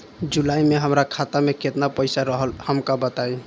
जुलाई में हमरा खाता में केतना पईसा रहल हमका बताई?